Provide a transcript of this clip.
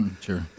sure